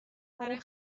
برای